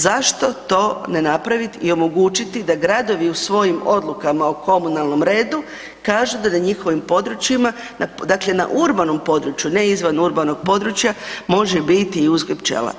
Zašto to ne napraviti i omogućiti da gradovi u svojim odlukama o komunalnom redu kažu da na njihovim područjima, dakle na urbanom području, ne izvan urbanog područja može biti i uzgoj pčela?